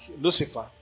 lucifer